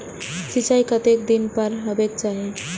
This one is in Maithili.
सिंचाई कतेक दिन पर हेबाक चाही?